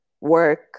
work